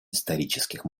исторических